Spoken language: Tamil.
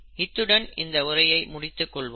இத்துடன் இந்த உரையை முடித்துக் கொள்வோம்